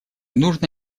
нужно